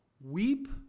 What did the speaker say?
Weep